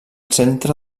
centre